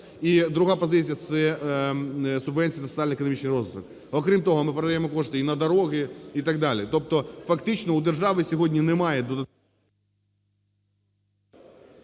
І друга позиція – це субвенції на соціальний економічний розвитку, окрім того ми передаємо кошти і на дорогі, і так далі. Тобто фактично у держави сьогодні немає... ГОЛОВУЮЧИЙ. Дякую